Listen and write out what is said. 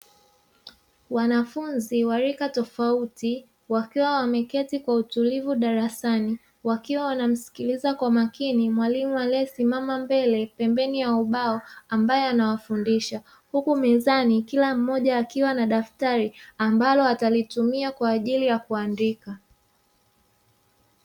Wanafunzi wa rika tofauti wakiwa wameketi kwa utulivu darasani wakiwa wanamsikiliza kwa makini mwalimu aliyesimama mbele pembeni ya ubao ambaye anawafundisha. Huku mezani kila mmoja akiwa na daftari ambalo atalotumia kwa ajili ya kuandika.